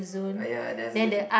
!aiya! there's the